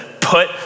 put